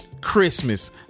Christmas